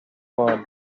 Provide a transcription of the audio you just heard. hour